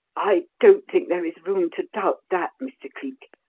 i don't think there is room to doubt that, mr. cleek.